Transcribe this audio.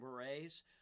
Berets